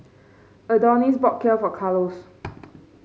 Adonis bought Kheer for Carlos